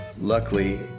Luckily